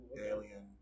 Alien